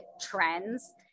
trends